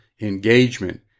Engagement